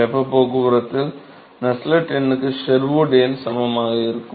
வெப்பப் போக்குவரத்தில் நஸ்ஸெல்ட் எண்ணுக்கு ஷெர்வுட் எண் சமமாக இருக்கும்